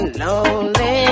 lonely